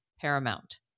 paramount